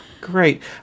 great